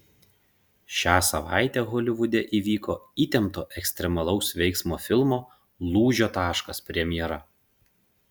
šią savaitę holivude įvyko įtempto ekstremalaus veiksmo filmo lūžio taškas premjera